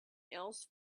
else